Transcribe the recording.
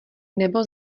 nebo